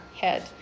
head